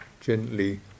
gently